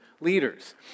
leaders